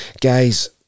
Guys